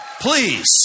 Please